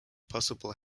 possible